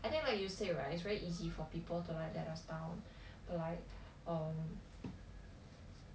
and then like you say right it's very easy for people to like let us down to like um